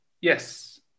Yes